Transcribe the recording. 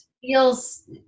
feels